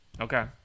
Okay